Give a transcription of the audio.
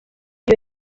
iyo